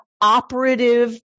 operative